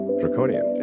draconian